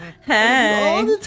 Hey